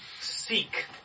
seek